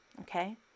Okay